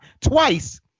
twice